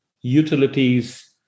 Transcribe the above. utilities